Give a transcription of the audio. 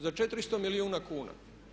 Za 400 milijuna kuna.